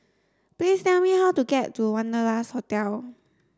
please tell me how to get to Wanderlust Hotel